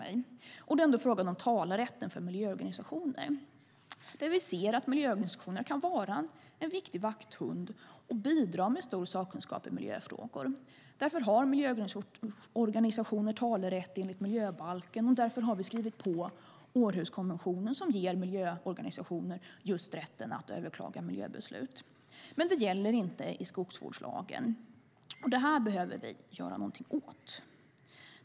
Det handlar om frågan om talerätten för miljöorganisationer. Vi ser att miljöorganisationerna kan vara en viktig vakthund och bidra med stor sakkunskap i miljöfrågor. Därför har miljöorganisationer talerätt enligt miljöbalken, och därför har vi skrivit på Århuskonventionen som ger miljöorganisationer just rätten att överklaga miljöbeslut. Men det gäller inte i skogsvårdslagen. Detta behöver vi göra någonting åt.